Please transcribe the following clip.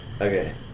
Okay